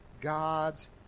God's